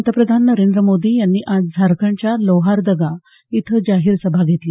पंतप्रधान नरेंद्र मोदी यांनी आज झारखंडच्या लोहारदगा इथे जाहीर सभा घेतली